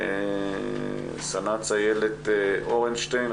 סנ"צ איילת אורנשטיין,